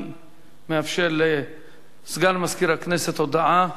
אני מאפשר לסגן מזכיר הכנסת הודעה.